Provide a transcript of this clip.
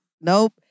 Nope